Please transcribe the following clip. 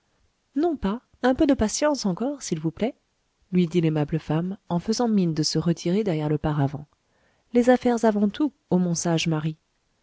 non pas un peu de patience encore s'il vous plaît lui dit l'aimable femme en faisant mine de se retirer derrière le paravent les affaires avant tout ô mon sage mari